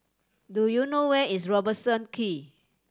do you know where is Robertson Quay